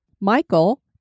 Michael